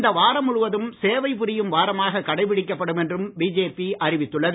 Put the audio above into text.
இந்த வாரம் முழுவதும் சேவை புரியம் வாரமாக கடைபிடிக்கப்படும் என்றும் பிஜேபி அறிவித்துள்ளது